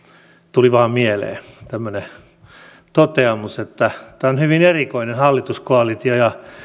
tuli vain mieleen tämmöinen toteamus että tämä on hyvin erikoinen hallituskoalitio ja